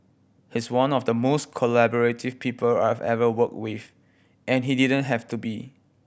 he's one of the most collaborative people I've ever worked with and he didn't have to be